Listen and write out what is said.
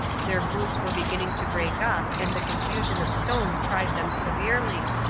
their boots were beginning to break up and the confusion of stones tried them severely,